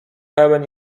pełen